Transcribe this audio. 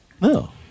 No